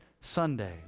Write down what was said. Sunday